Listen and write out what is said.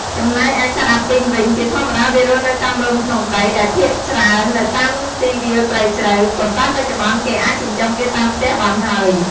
ចំណែកឯសត្វអាពីងវិញ ជាធម្មតាវារស់នៅតាមរន្ធក្នុងដី ដែលភាគច្រើននៅតាមទីវាលព្រៃជ្រៅ ប៉ុន្តែបច្ចុប្បន្នគេអាចចិញ្ចឹមវាតាមផ្ទះបានហើយ។